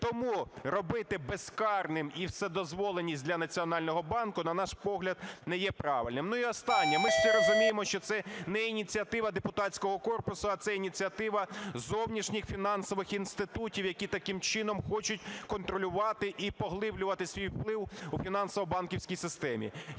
Тому робити безкарним і вседозволеність для Національного банку, на наш погляд, не є правильним. І останнє. Ми всі розуміємо, що це не ініціатива депутатського корпусу, а це ініціатива зовнішніх фінансових інститутів, які таким чином хочуть контролювати і поглиблювати свій вплив у фінансово-банківській системі.